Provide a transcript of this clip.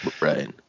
Right